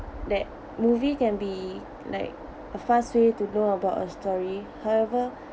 that movie can be like a fast way to know about a story however